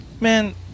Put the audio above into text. Man